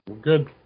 Good